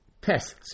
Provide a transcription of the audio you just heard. tests